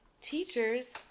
teachers